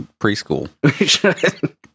preschool